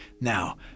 Now